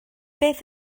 beth